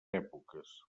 èpoques